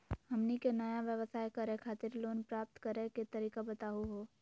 हमनी के नया व्यवसाय करै खातिर लोन प्राप्त करै के तरीका बताहु हो?